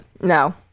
no